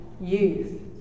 youth